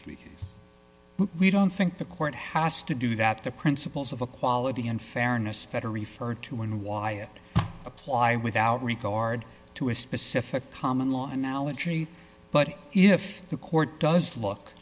case we don't think the court has to do that the principles of a quality and fairness that are referred to when wyatt apply without regard to a specific common law analogy but if the court does look